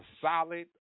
solid